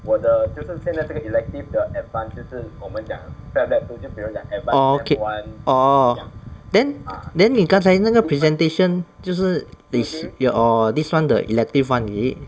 orh okay orh then then 你刚才那个 presentation 就是 this orh this one the elective one is it